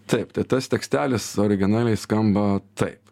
taip tai tas tekstelis originaliai skamba taip